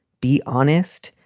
be honest.